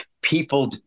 people